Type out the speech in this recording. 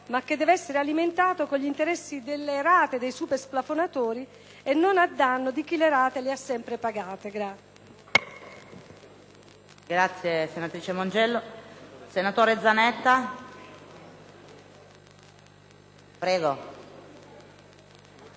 ma che dev'essere alimentato con gli interessi delle rate dei "supersplafonatori" e non a danno di chi le rate le ha sempre pagate.